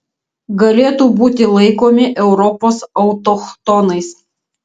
galėtų būti laikomi europos autochtonais